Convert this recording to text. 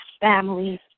families